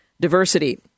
diversity